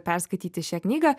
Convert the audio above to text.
perskaityti šią knygą